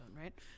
right